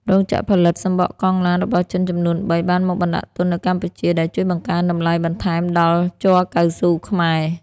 រោងចក្រផលិតសំបកកង់ឡានរបស់ចិនចំនួន ៣ បានមកបណ្ដាក់ទុននៅកម្ពុជា ដែលជួយបង្កើនតម្លៃបន្ថែមដល់ជ័រកៅស៊ូខ្មែរ។